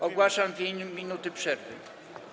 Ogłaszam 2 minuty przerwy.